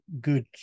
good